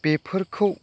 बेफोरखौ